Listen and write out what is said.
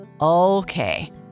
Okay